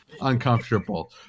uncomfortable